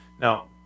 Now